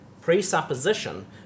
presupposition